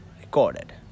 Recorded